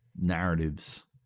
narratives